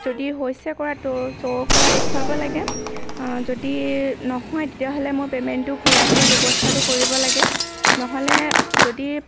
যদি হৈছে কৰাটো শ্ব' কৰা দেখুৱাব লাগে যদি নহয় তেতিয়াহ'লে মোৰ পেমেণ্টটো ঘূৰাই দিয়াৰ ব্যৱস্থাটো কৰিব লাগে নহ'লে যদি